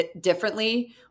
differently